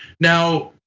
now,